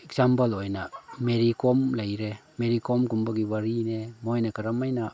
example ꯑꯣꯏꯅ ꯃꯦꯔꯤꯀꯣꯝ ꯂꯩꯔꯦ ꯃꯦꯔꯤꯀꯣꯝꯒꯨꯝꯕꯒꯤ ꯋꯥꯔꯤꯅꯦ ꯃꯣꯏꯅ ꯀꯔꯝ ꯍꯥꯏꯅ